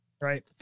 Right